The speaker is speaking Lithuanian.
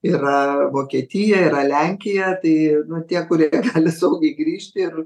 yra vokietija yra lenkija tai na tie kurie gali saugiai grįžti ir